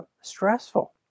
stressful